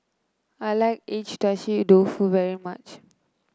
I like Agedashi Dofu very much